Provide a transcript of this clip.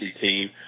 team